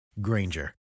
Granger